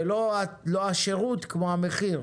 ולא השרות כמו המחיר.